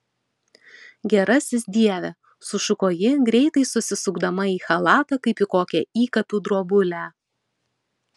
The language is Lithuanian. gerasis dieve sušuko ji greitai susisukdama į chalatą kaip į kokią įkapių drobulę